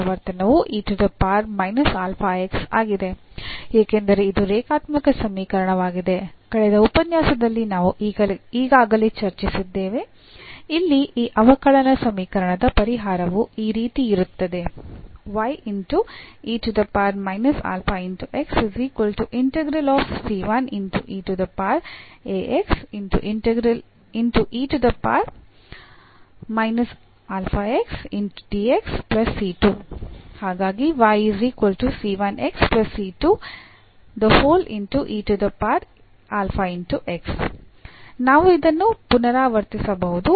ಏಕೆಂದರೆ ಇದು ರೇಖಾತ್ಮಕ ಸಮೀಕರಣವಾಗಿದೆ ಕಳೆದ ಉಪನ್ಯಾಸದಲ್ಲಿ ನಾವು ಈಗಾಗಲೇ ಚರ್ಚಿಸಿದ್ದೇವೆ ಇಲ್ಲಿ ಈ ಅವಕಲನ ಸಮೀಕರಣದ ಪರಿಹಾರವು ಈ ರೀತಿ ಇರುತ್ತದೆ ನಾವು ಇದನ್ನು ಪುನರಾವರ್ತಿಸಬಹುದು